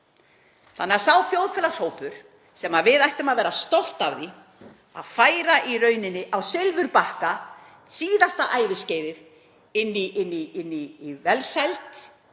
ári, sá þjóðfélagshópur sem við ættum að vera stolt af því að færa í rauninni á silfurbakka síðasta æviskeiðið inn í velsæld